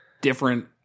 different